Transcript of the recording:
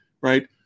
Right